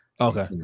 Okay